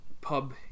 pub